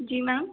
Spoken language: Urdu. جی میم